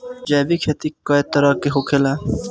जैविक खेती कए तरह के होखेला?